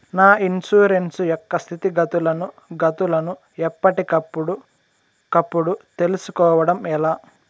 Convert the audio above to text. నా ఇన్సూరెన్సు యొక్క స్థితిగతులను గతులను ఎప్పటికప్పుడు కప్పుడు తెలుస్కోవడం ఎలా?